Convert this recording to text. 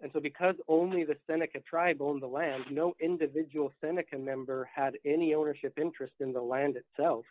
and so because only the seneca tribe own the land no individual senate can member had any d ownership interest in the land itself